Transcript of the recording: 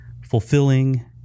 fulfilling